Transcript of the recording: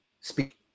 speak